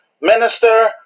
Minister